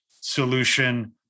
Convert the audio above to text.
solution